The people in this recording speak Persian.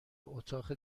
اتاق